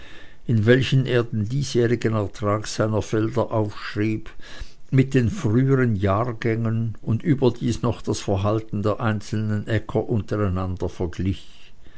in welchen er den diesjährigen ertrag seiner felder aufschrieb mit den früheren jahrgängen und überdies noch das verhalten der einzelnen äcker untereinander verglich